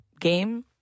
game